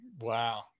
Wow